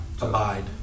Abide